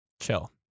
Chill